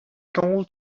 called